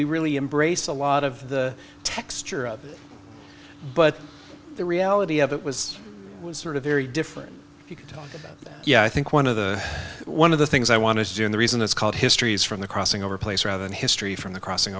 we really embraced a lot of the texture of but the reality of it was was sort of very different yeah i think one of the one of the things i wanted to do and the reason it's called history is from the crossing over place rather than history from the crossing